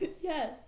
Yes